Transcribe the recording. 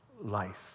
life